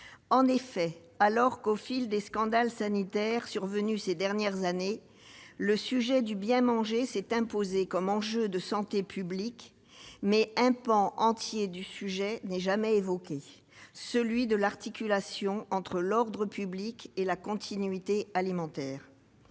En effet, alors que, au fil des scandales sanitaires survenus ces dernières années, le « bien manger » s'est imposé comme enjeu de santé publique, un pan entier du sujet n'est jamais évoqué : celui de l'articulation entre l'ordre public et la continuité alimentaire.